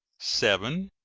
seven.